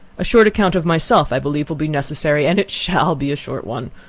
a short account of myself, i believe, will be necessary, and it shall be a short one.